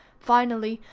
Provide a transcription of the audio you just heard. finally,